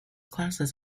classes